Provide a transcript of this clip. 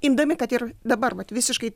imdami kad ir dabar vat visiškai